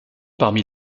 parmi